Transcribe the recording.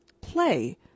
play